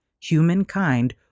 humankind